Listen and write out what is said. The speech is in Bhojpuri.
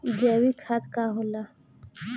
जैवीक खाद का होला?